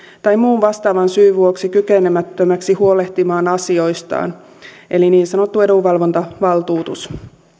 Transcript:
tai muun vastaavan syyn vuoksi kykenemättömäksi huolehtimaan asioistaan eli kyseessä on niin sanottu edunvalvontavaltuutus